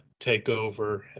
takeover